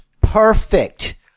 perfect